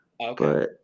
Okay